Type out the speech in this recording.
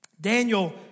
Daniel